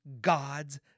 God's